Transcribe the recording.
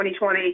2020